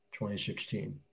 2016